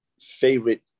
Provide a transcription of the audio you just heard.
favorite